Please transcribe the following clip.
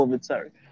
sorry